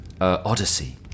Odyssey